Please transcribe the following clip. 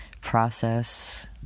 process